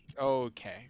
Okay